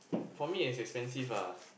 for me it's expensive